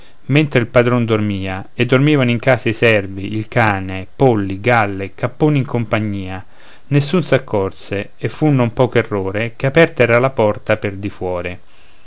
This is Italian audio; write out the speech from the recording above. mentre il padron dormia e dormivano in casa i servi il cane polli galli capponi in compagnia nessun s'accorse e fu non poco errore che aperta era la porta per di fuore